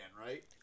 right